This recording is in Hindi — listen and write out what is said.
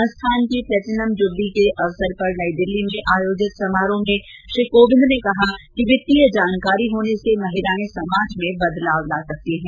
संस्थान की प्लेटिनम जुबली के अवसर पर नई दिल्लीमें आयोजित समारोह में श्री कोविन्द ने कहा कि वित्तीय जानकारी होने से महिलाएं समाजमें बदलाव ला सकती हैं